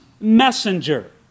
messenger